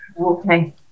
Okay